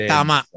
Tama